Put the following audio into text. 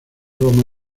roma